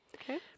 Okay